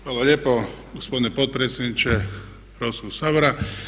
Hvala lijepo gospodine potpredsjedniče Hrvatskog sabora.